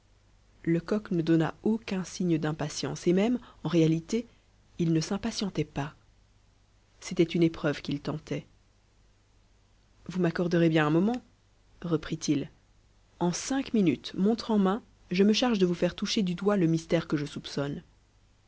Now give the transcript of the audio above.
lecoq ne donna aucun signe d'impatience et même en réalité il ne s'impatientait pas c'était une épreuve qu'il tentait vous m'accorderez bien un moment reprit-il en cinq minutes montre en main je me charge de vous faire toucher du doigt le mystère que je soupçonne